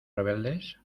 rebeldes